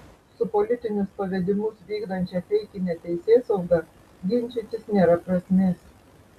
su politinius pavedimus vykdančia feikine teisėsauga ginčytis nėra prasmės